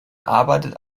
arbeitet